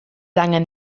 angen